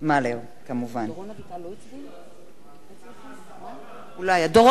(קוראת בשמות חברי הכנסת) דורון אביטל,